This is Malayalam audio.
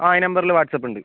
ആ ഈ നമ്പറിൽ വാട്ട്സ്ആപ്പ് ഉണ്ട്